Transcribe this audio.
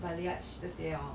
but the urge to say or